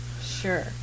Sure